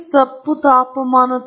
ಆದ್ದರಿಂದ ಈ ಆರ್ದ್ರಕದಿಂದ ಹೊರಬರುವ ಅನಿಲ